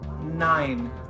Nine